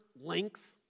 length